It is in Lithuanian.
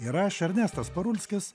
ir aš ernestas parulskis